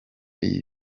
iyi